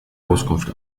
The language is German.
auskunft